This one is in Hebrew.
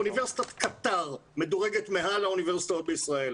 אוניברסיטת קטאר מדורגת מעל האוניברסיטאות בישראל.